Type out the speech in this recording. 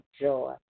joy